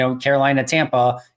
Carolina-Tampa